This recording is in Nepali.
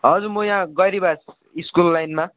हजुर म यहाँ गैरीबास स्कुल लाइनमा